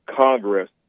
Congress